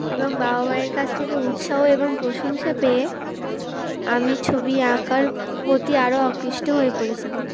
এবং বাবা মায়ের কাছ থেকে উৎসাহ এবং প্রশংসা পেয়ে আমি ছবি আঁকার প্রতি আরও আকৃষ্ট হয়ে পড়েছিলাম